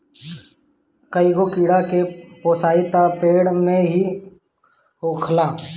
कईगो कीड़ा के पोसाई त पेड़ पे ही होखेला